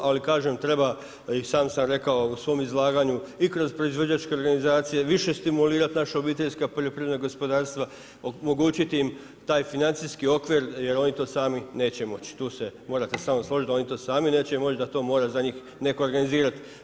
Ali kažem treba i sam sam rekao u svom izlaganju i kroz proizvođačke organizacije više stimulirati naše obiteljska poljoprivredna gospodarstva, omogućiti im taj financijski okvir jer oni to sami neće moći, tu se morate složiti da oni to sami neće moći da to mora za njih netko organizirati.